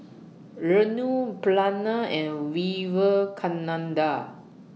Renu Pranav and Vivekananda